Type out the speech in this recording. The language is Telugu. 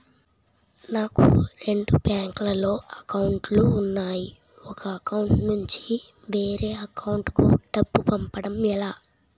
నాకు రెండు బ్యాంక్ లో లో అకౌంట్ లు ఉన్నాయి ఒక అకౌంట్ నుంచి వేరే అకౌంట్ కు డబ్బు పంపడం ఎలా?